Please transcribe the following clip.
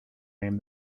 name